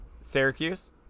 Syracuse